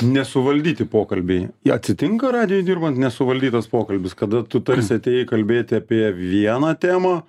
nesuvaldyti pokalbiai jie atsitinka radijuj dirbant nesuvaldytas pokalbis kada tu tarsi atėjai kalbėti apie vieną temą